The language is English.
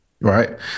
Right